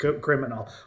criminal